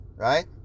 right